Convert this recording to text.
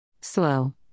Slow